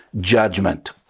judgment